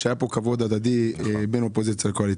שהיה כאן כבוד הדדי בין קואליציה לאופוזיציה.